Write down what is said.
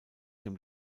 dem